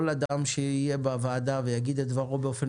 כל אדם שיהיה בוועדה ויגיד את דברו באופן